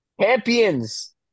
champions